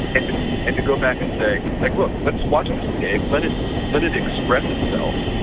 and but and to go back and say like look, let's watch this pig, let it let it express itself,